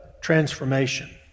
transformation